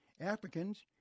Africans